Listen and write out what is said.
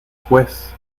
juez